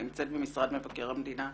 נמצאת במשרד מבקר המדינה,